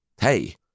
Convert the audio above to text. hey